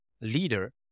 leader